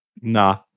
Nah